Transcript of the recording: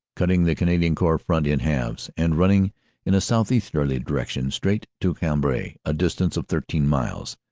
cutting the canadian corps front in halves and running in a southeasterly direction straight to cambrai, a distance of thirteen miles,